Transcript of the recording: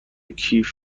کیف